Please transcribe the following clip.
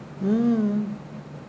mm